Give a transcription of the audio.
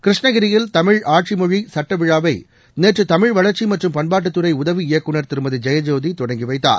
கிருஷ்ணகிரியில் தமிழ் ஆட்சி மொழி சட்ட விழாவை நேற்று தமிழ் வளர்ச்சி மற்றும் பண்பாட்டுத் துறை உதவி இயக்குநர் திருமதி ஜெயஜோதி தொடங்கி வைத்தார்